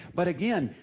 but again,